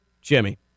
Jimmy